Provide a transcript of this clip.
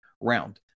round